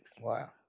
Wow